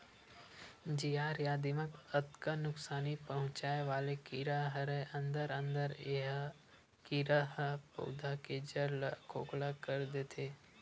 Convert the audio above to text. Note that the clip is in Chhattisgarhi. जियार या दिमक अतका नुकसानी पहुंचाय वाले कीरा हरय अंदरे अंदर ए कीरा ह पउधा के जर ल खोखला कर देथे